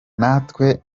ntawe